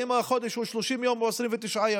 אם החודש הוא 30 יום או 29 ימים.